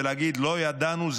ולהגיד: לא ידענו,